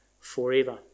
forever